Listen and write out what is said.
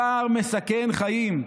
הפער מסכן חיים.